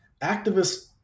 activists